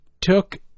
took